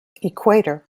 equator